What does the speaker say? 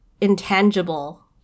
intangible